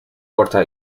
corta